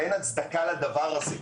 ואין הצדקה לדבר הזה.